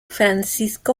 francisco